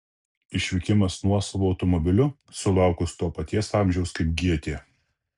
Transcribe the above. išvykimas nuosavu automobiliu sulaukus to paties amžiaus kaip gėtė